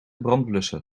brandblusser